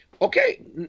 Okay